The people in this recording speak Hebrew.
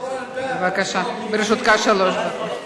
בבקשה, לרשותך שלוש דקות.